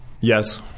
Yes